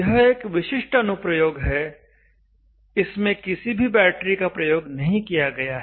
यह एक विशिष्ट अनुप्रयोग है इसमें किसी भी बैटरी का प्रयोग नहीं किया गया है